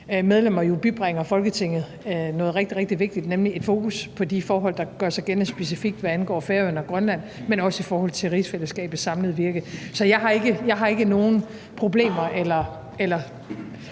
medlemmer bibringer Folketinget noget rigtig, rigtig vigtigt, nemlig et fokus på de forhold, der gør sig gældende, specifikt hvad angår Færøerne og Grønland, men også i forhold til rigsfællesskabets samlede virke. Så jeg har ikke nogen problemer med